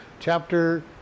Chapter